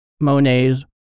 Monet's